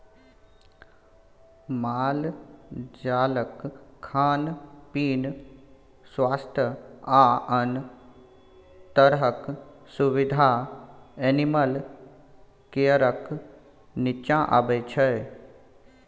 मालजालक खान पीन, स्वास्थ्य आ आन तरहक सुबिधा एनिमल केयरक नीच्चाँ अबै छै